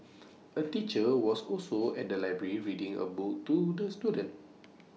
A teacher was also at the library reading A book to the students